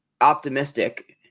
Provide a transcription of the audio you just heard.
optimistic